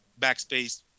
backspace